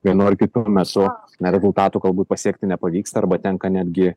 vienu ar kitu metu na rezultatų galbūt pasiekti nepavyksta arba tenka netgi